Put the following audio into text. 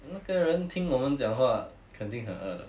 那个人听我们讲话肯定很饿了